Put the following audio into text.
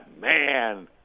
man